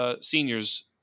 seniors